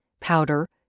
powder